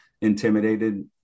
intimidated